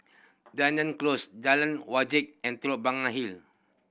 Dunearn Close Jalan Wajek and Telok Blangah Hill